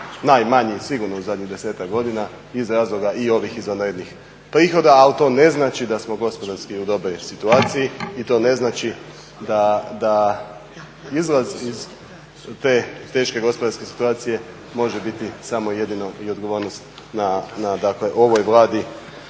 najmanji sigurno u zadnjih desetak godina iz razloga i ovih izvanrednih prihoda, ali to ne znači da smo gospodarski u dobroj situaciji i to ne znači da izlaz iz te teške gospodarske situacije može biti samo i jedino i odgovornost na, dakle ovoj Vladi